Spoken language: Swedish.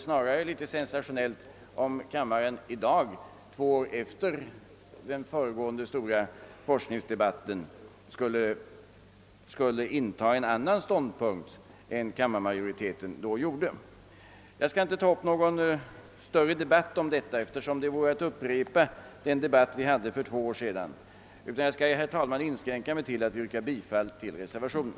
Snarare vore det sensationellt, om kammaren i dag två år efter den föregående stora forskningsdebatten skulle inta en annan ståndpunkt än kammarens majoritet då gjorde. Jag skall inte ge mig in på någon större debatt om forskningspolitiken som sådan, eftersom det skulle bli en upprepning av den debatt som fördes för två år sedan, utan jag inskränker mig, herr talman, till att yrka bifall till reservationen.